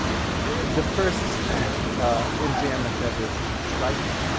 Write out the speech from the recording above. the first enjambment that is striking,